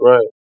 Right